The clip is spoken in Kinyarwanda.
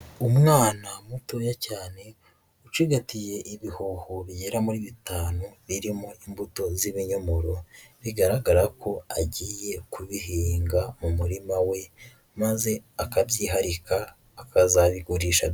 Umwana mutoya cyane ucigatiye ibihoho bigera muri bitanu birimo imbuto z'ibinyomoro, bigaragara ko agiye kubihinga mu murima we maze akabyiharika, akazabigurisha.